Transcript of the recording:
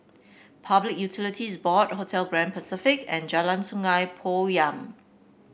Public Utilities Board Hotel Grand Pacific and Jalan Sungei Poyan